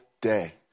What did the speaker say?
day